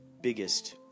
biggest